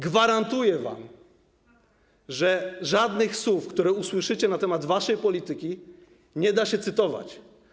Gwarantuję wam, że żadnych słów, które usłyszycie na temat waszej polityki, nie da się zacytować.